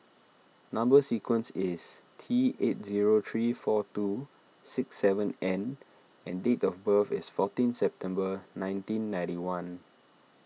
Number Sequence is T eight zero three four two six seven N and date of birth is fourteen September nineteen ninety one